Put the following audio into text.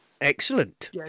Excellent